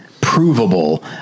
provable